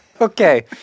Okay